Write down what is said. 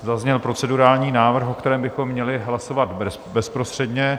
Zazněl procedurální návrh, o kterém bychom měli hlasovat bezprostředně.